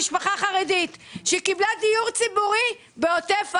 משפחה חרדית שקיבלה דיור ציבורי בעוטף עזה.